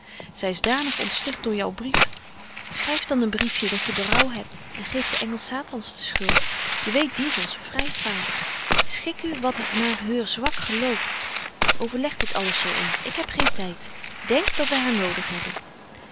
zy is danig ontsticht door jou brief schryf dan een briefje dat je berouw hebt en geef den engel satanas den schuld je weet die is onze vryfpaal schik u wat naar heur zwak betje wolff en aagje deken historie van mejuffrouw sara burgerhart geloof overleg dit alles zo eens ik heb geen tyd denk dat wy haar nodig hebben